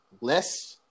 less